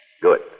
Good